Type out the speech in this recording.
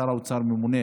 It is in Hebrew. שר האוצר ממונה